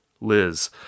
Liz